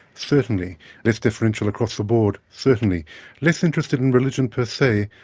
certainly less deferential across the board, certainly less interested in religion, per se,